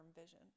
vision